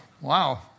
Wow